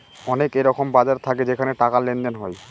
অনেক এরকম বাজার থাকে যেখানে টাকার লেনদেন হয়